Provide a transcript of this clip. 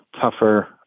tougher